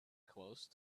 close